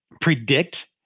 predict